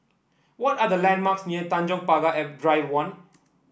what are the landmarks near Tanjong Pagar Drive One